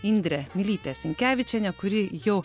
indre mylyte sinkevičiene kuri jau